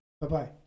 bye-bye